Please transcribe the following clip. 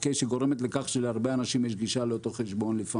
שגורמת לכך שלפעמים להרבה אנשים יש גישה לאותו חשבון,